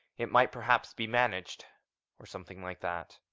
it might perhaps be managed or something like that.